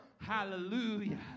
Hallelujah